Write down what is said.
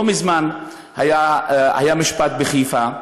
לא מזמן היה משפט בחיפה,